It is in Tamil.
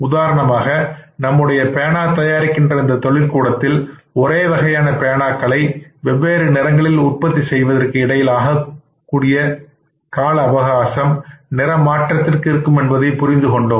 உதாரணமாக நம்முடைய பேனா தயாரிக்கின்ற இந்த தொழில் கூடத்தில் ஒரே வகையான பேனாக்கள் வெவ்வேறு நிறங்களில் உற்பத்தி செய்வதற்கு இடையில் செலவாகும் கால அவகாசம் ஒவ்வொரு நிற மாற்றத்திற்கும் இருக்கும் என்பதை புரிந்து கொண்டோம்